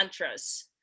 mantras